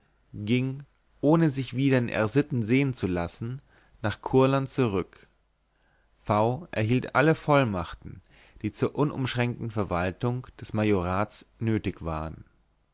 ging ohne sich wieder in r sitten sehen zu lassen nach kurland zurück v erhielt alle vollmachten die zur unumschränkten verwaltung des majorats nötig waren